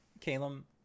Calum